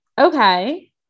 Okay